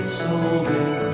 solving